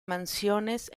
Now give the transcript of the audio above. mansiones